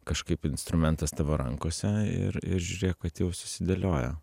kažkaip instrumentas tavo rankose ir ir žiūrėk kad jau susidėliojo